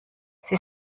sie